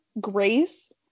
Grace